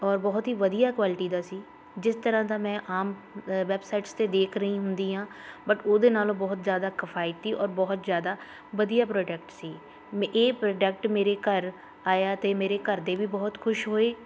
ਔਰ ਬਹੁਤ ਹੀ ਵਧੀਆ ਕੁਆਲਿਟੀ ਦਾ ਸੀ ਜਿਸ ਤਰ੍ਹਾਂ ਦਾ ਮੈਂ ਆਮ ਵੈਬਸਾਈਟਸ 'ਤੇ ਦੇਖ ਰਹੀ ਹੁੰਦੀ ਹਾਂ ਬਟ ਉਹਦੇ ਨਾਲੋਂ ਬਹੁਤ ਜ਼ਿਆਦਾ ਕਫ਼ਾਇਤੀ ਔਰ ਬਹੁਤ ਜ਼ਿਆਦਾ ਵਧੀਆ ਪ੍ਰੋਡਕਟ ਸੀ ਮ ਇਹ ਪ੍ਰੋਡਕਟ ਮੇਰੇ ਘਰ ਆਇਆ ਅਤੇ ਮੇਰੇ ਘਰਦੇ ਵੀ ਬਹੁਤ ਖੁਸ਼ ਹੋਏ